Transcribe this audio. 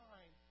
Time